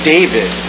David